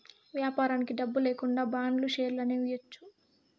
వ్యాపారానికి డబ్బు లేకుండా బాండ్లు, షేర్లు అనేవి ఇయ్యచ్చు